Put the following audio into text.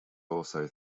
also